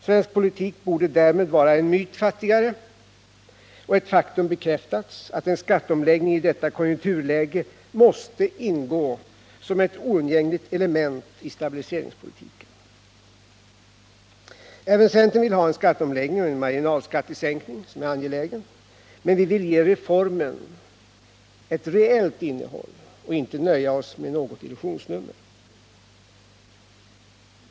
Svensk politik borde därmed vara en myt fattigare och det faktum bekräftats att en skatteomläggning i detta konjunkturläge måste ingå som ett oundgängligt element i stabiliseringspolitiken. Även centern vill ha en skatteomläggning och marginalskattesänkning — som är angelägen — men vi vill ge reformen ett reellt innehåll och inte nöja oss med något illusionsnummer.